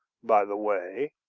by the way.